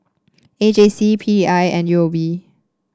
A J C P I and U O B